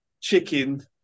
chicken